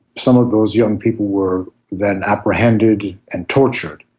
some of those young people were then apprehended and tortured,